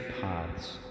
paths